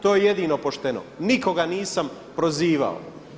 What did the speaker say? To je jedino pošteno, nikoga nisam prozivao.